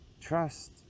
trust